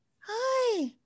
hi